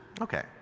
Okay